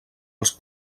els